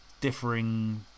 differing